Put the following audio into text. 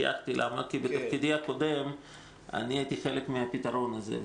כי בתפקידי הקודם הייתי חלק מהפתרון הזה.